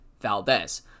Valdez